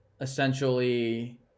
essentially